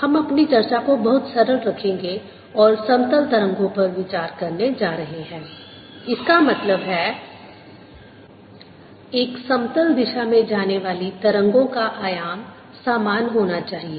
हम अपनी चर्चा को बहुत सरल रखेंगे और समतल तरंगों पर विचार करने जा रहे हैं इसका मतलब है एक समतल दिशा में जाने वाली तरंगों का आयाम समान होना चाहिए